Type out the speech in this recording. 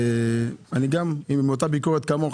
ואני גם עם אותה ביקורת כמוך,